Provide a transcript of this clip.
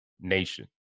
Nation